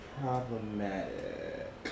problematic